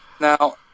now